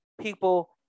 people